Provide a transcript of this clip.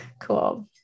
Cool